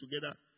together